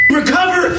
recover